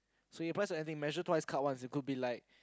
so you press the ending measure twice cut once it could be like